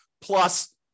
plus